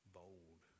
bold